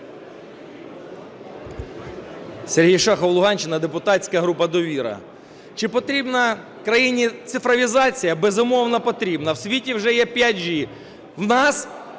Сергій Шахов, Луганщина, депутатська група "Довіра". Чи потрібна країні цифровізація? Безумовно, потрібна. В світі вже є 5G, в нас